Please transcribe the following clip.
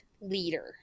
leader